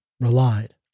relied